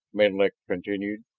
menlik continued.